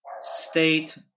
State